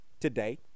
today